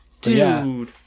Dude